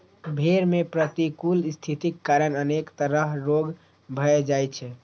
भेड़ मे प्रतिकूल स्थितिक कारण अनेक तरह रोग भए जाइ छै